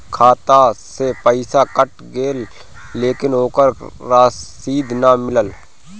खाता से पइसा कट गेलऽ लेकिन ओकर रशिद न मिलल?